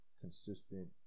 consistent